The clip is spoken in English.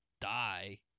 die